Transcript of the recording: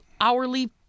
hourly